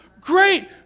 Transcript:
great